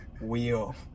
wheel